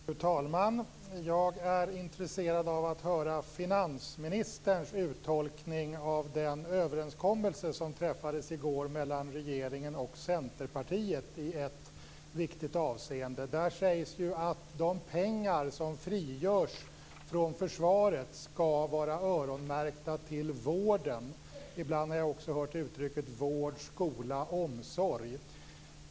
Fru talman! Jag är intresserad av att höra finansministerns uttolkning av den överenskommelse som träffades i går mellan regeringen och Centerpartiet i ett viktigt avseende. Där sägs att de pengar som frigörs från försvaret skall vara öronmärkta till vården. Ibland har jag också hört uttrycket vård, skola, omsorg.